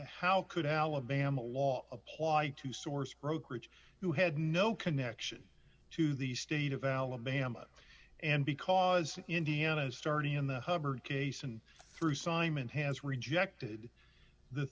how could alabama law apply to source brokerage who had no connection to the state of alabama and because indiana starting in the hubbard case and through simon has rejected the